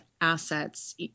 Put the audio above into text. assets